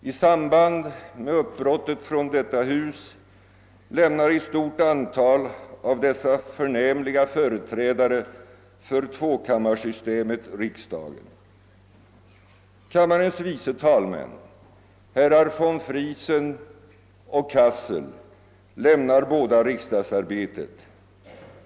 I samband med uppbrottet från detta hus lämnar ett stort antal av dessa förnämliga företrädare för tvåkammarsystemet riksdagen. Kammarens vice talmän herrar von Friesen och Cassel lämnar båda riksdagsarbetet.